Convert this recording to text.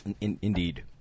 Indeed